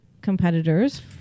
competitors